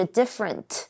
different 。